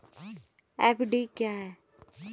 FD क्या है?